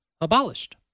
abolished